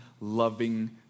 loving